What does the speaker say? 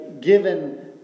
given